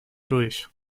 durch